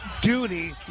duty